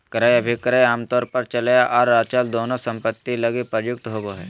क्रय अभिक्रय आमतौर पर चल आर अचल दोनों सम्पत्ति लगी प्रयुक्त होबो हय